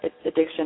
addiction